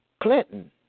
Clinton